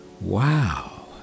Wow